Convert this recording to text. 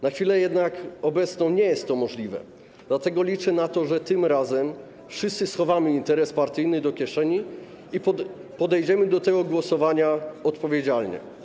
Na chwilę obecną nie jest to możliwe, dlatego liczę na to, że tym razem wszyscy schowamy interes partyjny do kieszeni i podejdziemy do tego głosowania odpowiedzialnie.